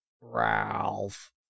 Ralph